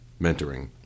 Mentoring